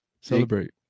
celebrate